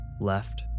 Left